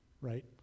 right